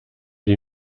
die